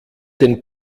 den